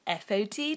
FOT